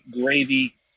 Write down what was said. gravy